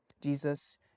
Jesus